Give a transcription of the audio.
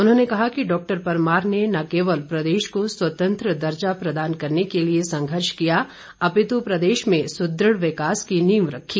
उन्होंने कहा कि डॉक्टर परमार ने न केवल प्रदेश को स्वतंत्र दर्जा प्रदान करने के लिए संघर्ष किया अपित् प्रदेश में सुदृढ़ विकास की नींव रखी